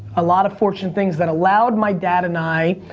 a lot of fortunate things that allowed my dad and i,